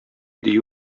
дию